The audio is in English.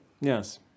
Yes